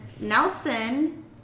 Nelson